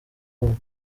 ubumwe